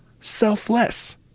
selfless